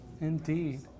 Indeed